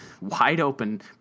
wide-open